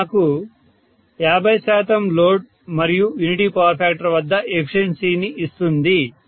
ఇది నాకు 50 శాతం లోడ్ మరియు యూనిటీ పవర్ ఫ్యాక్టర్ వద్ద ఎఫిషియన్సి ని ఇస్తుంది